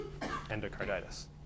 endocarditis